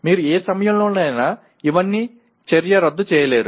మీరు ఏ సమయంలోనైనా ఇవన్నీ చర్యరద్దు చేయలేరు